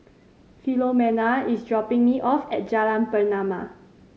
Philomena is dropping me off at Jalan Pernama